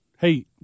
Hey